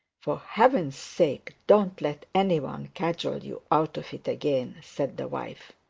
for heaven's sake, don't let any one cajole you out of it again said the wife.